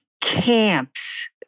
camps